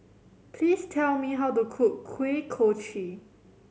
please tell me how to cook Kuih Kochi